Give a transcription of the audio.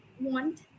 want